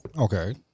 Okay